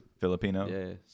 Filipino